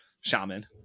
shaman